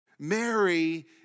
Mary